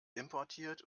importiert